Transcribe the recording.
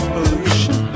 Pollution